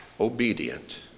obedient